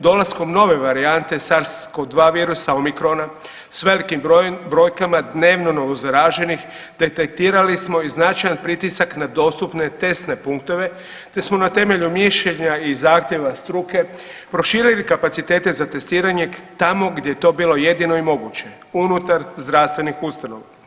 Dolaskom nove varijante SARS-CoV-2 virusa omikrona s velikim brojkama dnevno novozaraženih detektirali smo i značajan pritisak na dostupne testne punktove, te smo na temelju mišljenja i zahtjeva struke proširili kapacitete za testiranje tamo gdje je to bilo jedino i moguće, unutar zdravstvenih ustanova.